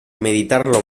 meditarlo